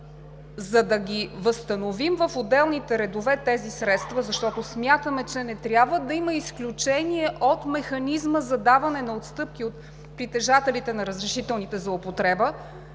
За да възстановим в отделните редове тези средства, защото смятаме, че не трябва да има изключения от механизма за даване на отстъпки от притежателите на разрешителните за употреба,